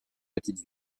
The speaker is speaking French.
petite